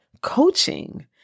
coaching